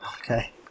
Okay